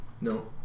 No